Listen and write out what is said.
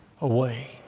away